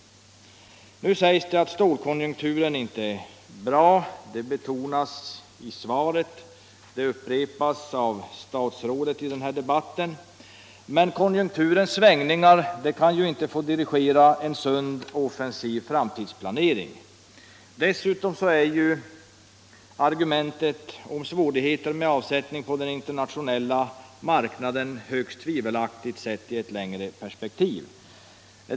Nu sägs det att stålkonjunkturerna inte är bra — det betonas i svaret och upprepas av statsrådet i debatten. Men konjunkturernas svängningar kan inte få dirigera en sund och offensiv framtidsplanering. Dessutom är argumentet om: svårigheter med avsättning på den internationella marknaden högst tvivelaktigt sett i ett längre perspektiv.